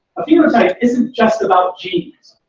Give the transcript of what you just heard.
a phenotype isn't just about genes.